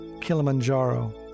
Kilimanjaro